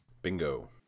Bingo